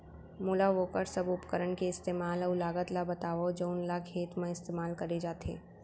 मोला वोकर सब उपकरण के इस्तेमाल अऊ लागत ल बतावव जउन ल खेत म इस्तेमाल करे जाथे?